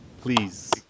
Please